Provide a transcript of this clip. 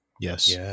Yes